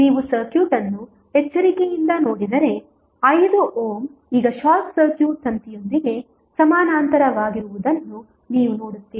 ನೀವು ಸರ್ಕ್ಯೂಟ್ ಅನ್ನು ಎಚ್ಚರಿಕೆಯಿಂದ ನೋಡಿದರೆ 5 ಓಮ್ ಈಗ ಶಾರ್ಟ್ ಸರ್ಕ್ಯೂಟ್ ತಂತಿಯೊಂದಿಗೆ ಸಮಾನಾಂತರವಾಗಿರುವುದನ್ನು ನೀವು ನೋಡುತ್ತೀರಿ